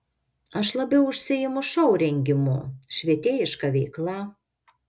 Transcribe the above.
aš labiau užsiimu šou rengimu švietėjiška veikla